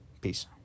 peace